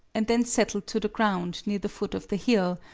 and then settled to the ground near the foot of the hill,